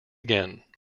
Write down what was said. again